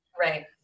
right